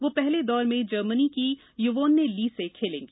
वह पहले दौर में जर्मनी की युवोन्ने ली से खेलेंगी